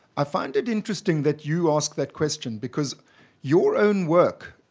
i find it interesting that you asked that question, because your own work,